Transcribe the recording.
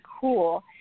cool